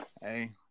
Hey